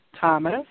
Thomas